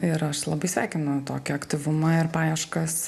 ir aš labai sveikinu tokį aktyvumą ir paieškas